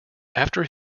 after